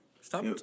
Stop